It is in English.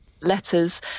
letters